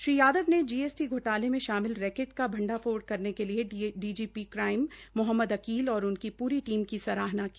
श्री यादवन ने जीएसटी घोटाले में शामिल रैकेट का भंडा ोड़ करने के लिए डीजीपी क्राईम म्हम्मद अकील और उनकी पूरी टीम की सराहना की